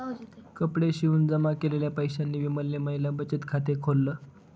कपडे शिवून जमा केलेल्या पैशांनी विमलने महिला बचत खाते खोल्ल